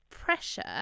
Pressure